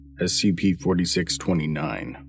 SCP-4629